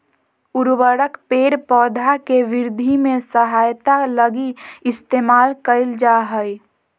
उर्वरक पेड़ पौधा के वृद्धि में सहायता लगी इस्तेमाल कइल जा हइ